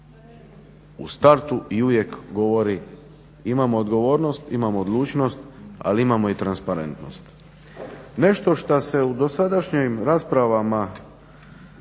u startu i uvijek govori imamo odgovornost, imamo odlučnost, ali imamo i transparentnost. Nešto što se u dosadašnjim raspravama